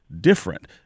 different